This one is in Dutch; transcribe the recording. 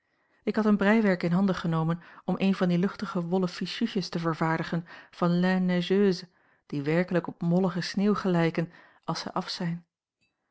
ik had een breiwerk in handen genomen om een van die luchtige wollen fichuutjes te vervaardigen van laine neigeuse die werkelijk op mollige sneeuw gelijken als zij af zijn